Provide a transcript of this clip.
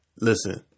Listen